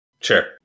Sure